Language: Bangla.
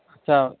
আচ্ছা